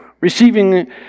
receiving